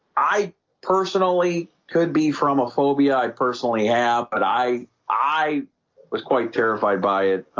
i personally could be from a phobia. i personally have but i i was quite terrified by it